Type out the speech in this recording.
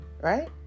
right